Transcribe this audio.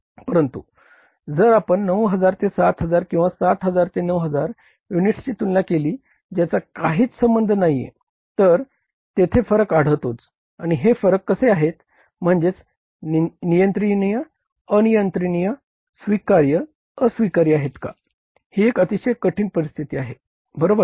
परंतु जर आपण 9000 ते 7000 किंवा 7000 ते 9000 युनिट्सची तुलना केली ज्याचा काहीच संबंध नाहीये तर तेथे फरक आढळतोच आणि हे फरक कसे आहेत म्हणजेच नियंत्रणीय अनियंत्रणीय स्वीकार्य अस्वीकार्य आहेत का ही एक अतिशय कठीण परिस्थिती आहे बरोबर